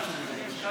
יש לי.